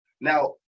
Now